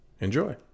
enjoy